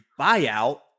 buyout